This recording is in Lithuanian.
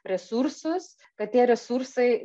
resursus kad tie resursai